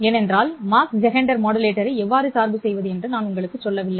ஏனென்றால் Mach Zehnder மாடுலேட்டரை எவ்வாறு சார்பு செய்வது என்று நான் உங்களுக்குச் சொல்லவில்லை